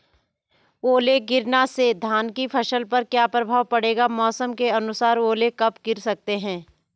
ओले गिरना से धान की फसल पर क्या प्रभाव पड़ेगा मौसम के अनुसार ओले कब गिर सकते हैं?